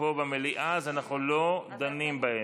פה במליאה אז אנחנו לא דנים בה.